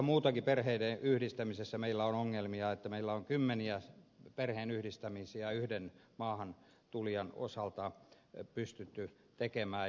muutoinkin perheiden yhdistämisessä meillä on ongelmia että meillä on kymmeniä perheenyhdistämisiä yhden maahantulijan osalta pystytty tekemään